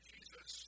Jesus